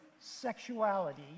sexuality